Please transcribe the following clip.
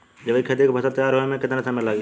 जैविक खेती के फसल तैयार होए मे केतना समय लागी?